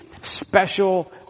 special